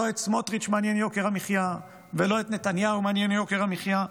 לא את סמוטריץ' מעניין יוקר המחיה ולא את נתניהו מעניין יוקר המחיה.